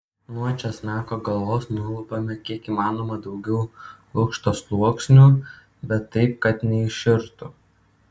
nuo česnako galvos nulupame kiek įmanoma daugiau lukšto sluoksnių bet taip kad neiširtų